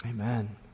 Amen